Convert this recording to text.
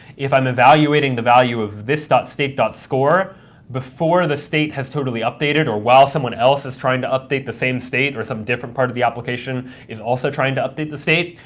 if i'm evaluating the value of this state state score before the state has totally updated or while someone else is trying to update the same state, or some different part of the application is also trying to update the state,